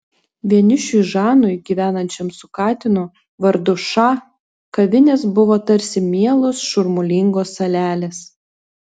vienišiui žanui gyvenančiam su katinu vardu ša kavinės buvo tarsi mielos šurmulingos salelės